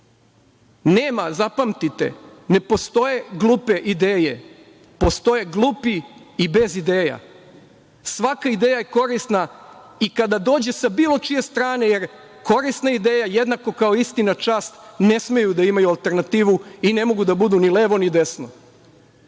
čuje. Nema, zapamtite, ne postoje glupe ideje, postoje glupi i bez ideja. Svaka ideja je korisna i kada dođe sa bilo čije strane, jer korisna ideja jednako kao istina, čast, ne smeju da imaju alternativu i ne mogu da budu ni levo, ni desno. Ono